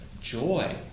joy